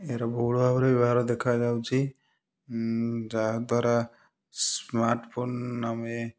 AR ବହୁଳ ଭାବରେ ବ୍ୟବହାର ଦେଖାଯାଉଛି ଯାହା ଦ୍ଵାରା ସ୍ମାର୍ଟ ଫୋନ୍ ଆମେ